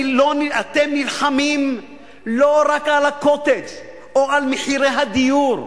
אתם נלחמים לא רק על מחיר ה"קוטג'" או על מחירי הדיור.